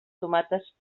tomates